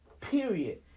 Period